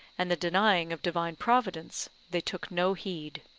and the denying of divine providence, they took no heed.